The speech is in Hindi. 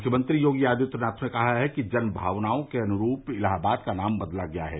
मुख्यमंत्री योगी आदित्यनाथ ने कहा है कि जनभावनाओं के अनुरूप इलाहाबाद का नाम बदला गया है